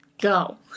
Go